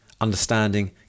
understanding